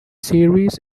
series